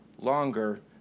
longer